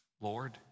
Lord